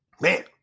Man